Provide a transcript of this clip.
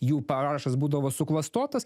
jų parašas būdavo suklastotas